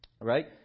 right